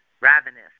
ravenous